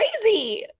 crazy